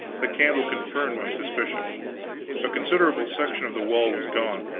the candle confirmed my suspicion a considerable section of the wall was gone,